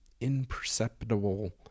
imperceptible